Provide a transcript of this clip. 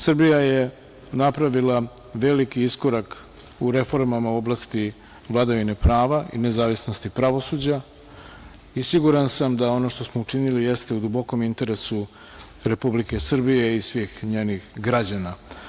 Srbija je napravila veliki iskorak u reformama u oblasti vladavine prava i nezavisnosti pravosuđa i siguran sam da ono što smo učinili jeste u dubokom interesu Republike Srbije i svih njenih građana.